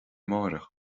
amárach